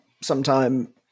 sometime